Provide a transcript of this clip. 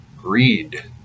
Greed